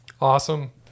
Awesome